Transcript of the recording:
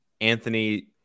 Anthony